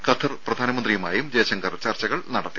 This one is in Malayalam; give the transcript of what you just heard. ഖത്തർ പ്രധാനമന്ത്രിയുമായും ജയശങ്കർ ചർച്ച നടത്തി